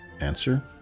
Answer